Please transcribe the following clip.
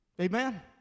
Amen